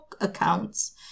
accounts